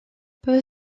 peu